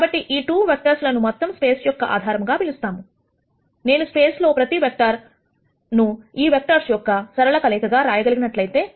కాబట్టి ఈ 2 వెక్టర్స్ లను మొత్తం స్పేస్ యొక్క ఆధారంగా పిలుస్తాము నేను స్పేస్ లో ప్రతి వెక్టర్ ను ఈ వెక్టర్స్ యొక్కఒక సరళ కలయిక గా రాయగలిగినట్లయితే